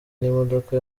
n’imodoka